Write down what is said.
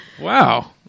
Wow